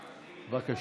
בבקשה.